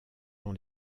dans